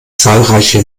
zahlreiche